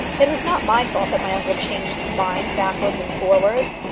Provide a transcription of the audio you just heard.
it was not my fault that my uncle changed his mind backwards and forwards.